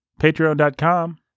Patreon.com